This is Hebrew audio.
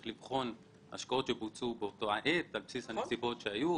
לבחון השקעות שבוצעו באותה עת על בסיס הנסיבות שהיו.